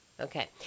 Okay